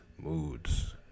moods